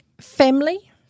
family